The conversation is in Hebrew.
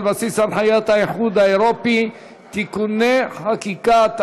על בסיס הנחיות האיחוד האירופי (תיקוני חקיקה),